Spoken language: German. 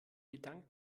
gedanken